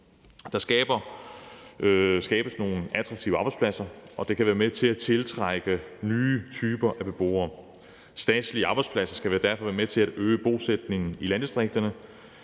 Der skabes nogle attraktive arbejdspladser, og det kan være med til at tiltrække nye typer af beboere. Statslige arbejdspladser skal derfor være med til at øge bosætningen i landdistrikterne